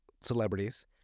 celebrities